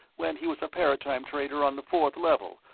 when he was a paratime trader on the fourth level,